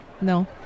No